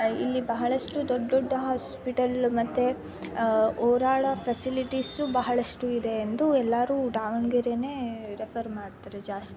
ಇಲ್ಲಿ ಬಹಳಷ್ಟು ದೊಡ್ಡ ದೊಡ್ಡ ಹಾಸ್ಪಿಟಲ್ ಮತ್ತು ಓಡಾಡೋ ಫೆಸಿಲಿಟೀಸ್ ಬಹಳಷ್ಟು ಇದೆ ಎಂದು ಎಲ್ಲರೂ ದಾವಣಗೆರೆನೇ ರೆಫರ್ ಮಾಡ್ತಾರೆ ಜಾಸ್ತಿ